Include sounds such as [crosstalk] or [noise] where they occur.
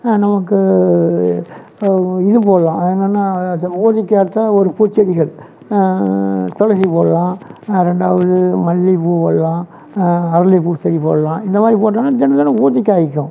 நமக்கு இது போதும் அதுமாதிரினா [unintelligible] ஒரு பூச்செடிகள் துளசி போடலாம் ரெண்டாவது மல்லிப்பூ போடலாம் அரளி பூ செடி போடலாம் இந்தமாதிரி போட்டாதான் [unintelligible] காய்க்கும்